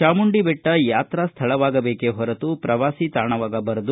ಚಾಮುಂಡಿ ಬೆಟ್ಟ ಯಾತ್ರಾ ಸ್ಥಳವಾಗಬೇಕೆ ಹೊರತು ಪ್ರವಾಸಿ ತಾಣವಾಗಬಾರದು